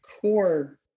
core